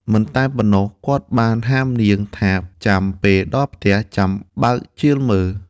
មិនតែប៉ុណ្ណោះ គាត់បានហាមនាងថាចាំពេលដល់ផ្ទះចាំបើកជាលមើល។